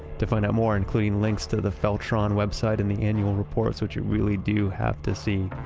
to find out more, including links to the feltron website and the annual reports, which you really do have to see,